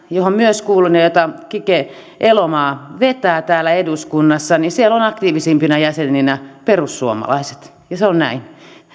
johon myös kuulun ja jota kike elomaa vetää täällä eduskunnassa ovat aktiivisimpina jäseninä perussuomalaiset se on näin